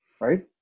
right